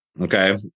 Okay